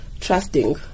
trusting